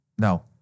No